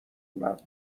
مردم